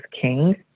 King